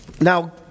now